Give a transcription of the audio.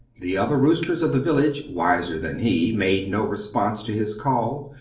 the other roosters of the village, wiser than he, made no response to his call,